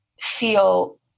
feel